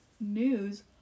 news